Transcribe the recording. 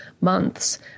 months